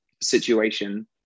situation